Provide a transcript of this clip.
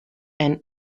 and